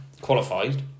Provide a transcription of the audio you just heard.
qualified